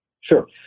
Sure